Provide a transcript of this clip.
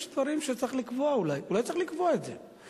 יש דברים שצריך לקבוע, ואולי צריך לקבוע את זה.